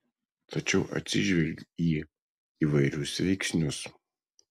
tačiau atsižvelgiu į įvairius veiksnius